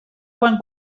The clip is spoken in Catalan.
quan